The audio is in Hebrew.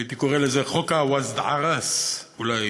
הייתי קורא לזה: חוק ה"וג'ע ראס" אולי